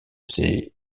ses